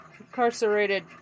incarcerated